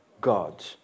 God